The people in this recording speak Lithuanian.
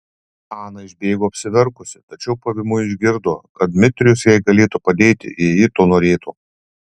ana išbėgo apsiverkusi tačiau pavymui išgirdo kad dmitrijus jai galėtų padėti jei ji to norėtų